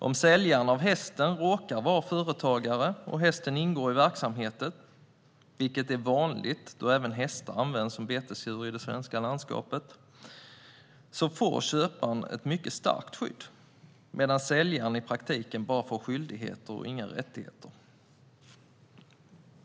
Om säljaren av hästen råkar vara företagare och hästen ingår i verksamheten, vilket är vanligt då även hästar används som betesdjur i det svenska landskapet, får köparen ett mycket starkt skydd medan säljaren i praktiken bara får skyldigheter och inga rättigheter.